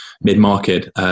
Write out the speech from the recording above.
mid-market